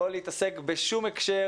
לא להתעסק בשום הקשר,